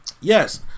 Yes